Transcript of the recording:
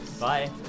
Bye